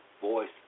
voice